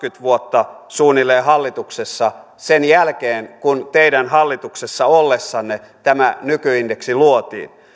vuotta hallituksessa sen jälkeen kun teidän hallituksessa ollessanne tämä nykyindeksi luotiin